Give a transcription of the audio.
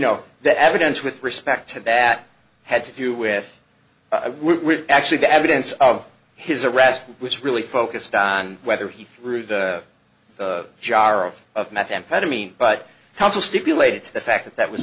know that evidence with respect to that had to do with actually the evidence of his arrest which really focused on whether he threw the jar of of methamphetamine but counsel stipulated to the fact that that was